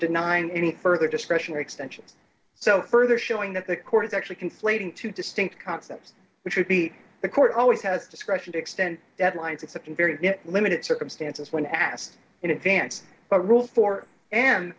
denying any further discretionary extensions so further showing that the court is actually conflating two distinct concepts which would be the court always has discretion to extend deadlines except in very limited circumstances when asked in advance but rules for and